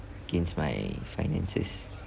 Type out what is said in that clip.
against my finances